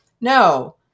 No